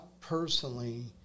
personally